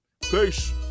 Peace